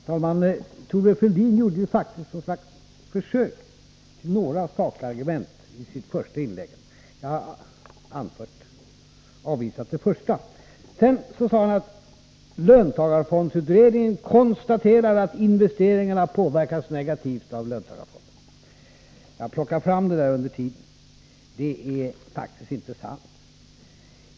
Herr talman! Thorbjörn Fälldin gjorde faktiskt ett slags försök att presentera några sakargument i sitt första inlägg. Han sade bl.a. att ”löntagarfondsutredningen konstaterar att investeringarna påverkas negativt av löntagarfonder”. Jag har plockat fram det där, och det visar sig att det faktiskt inte är sant.